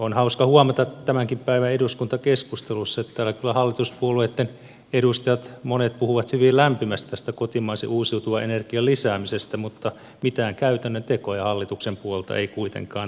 on hauska huomata että tämänkin päivän eduskuntakeskustelussa täällä kyllä monet hallituspuolueitten edustajat puhuvat hyvin lämpimästi tästä kotimaisen uusiutuvan energian lisäämisestä mutta mitään käytännön tekoja hallituksen puolelta ei kuitenkaan tule